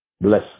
Bless